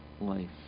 life